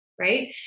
Right